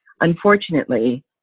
unfortunately